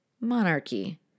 monarchy